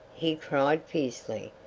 he cried fiercely.